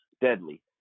deadly